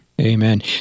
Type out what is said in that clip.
Amen